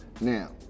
Now